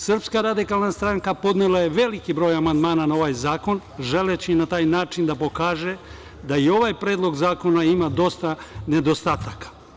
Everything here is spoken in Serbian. Srpska radikalna stranka je podnela veliki broj amandmana na ovaj zakon želeći na taj način da pokaže da i ovaj predlog zakona ima dosta nedostataka.